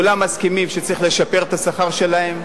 כולם מסכימים שצריך לשפר את השכר שלהם,